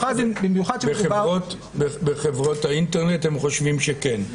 בחברות האינטרנט הם חושבים שכן.